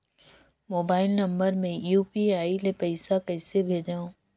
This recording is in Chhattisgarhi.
मोबाइल नम्बर मे यू.पी.आई ले पइसा कइसे भेजवं?